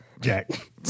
Jack